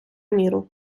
міру